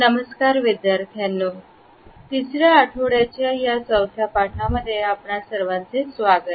नमस्कार विद्यार्थ्यांनो तिसऱ्या आठवड्याच्या या चौथ्या पाठांमध्ये आपणा सर्वांचे स्वागत